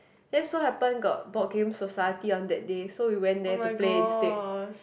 then so happen go board game society on that day so we went there and play instead